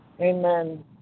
amen